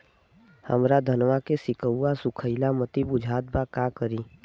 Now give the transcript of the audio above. हमरे धनवा के सीक्कउआ सुखइला मतीन बुझात बा का करीं?